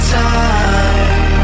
time